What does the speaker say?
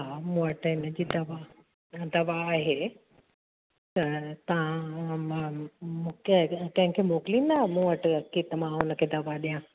हा मूं वटि आहिनि हिन जी दवा दवा आहे त तव्हां मूंखे कंहिंखे मोकलींदा मूं वटि की मां हुन खे दवा ॾिया